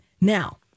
Now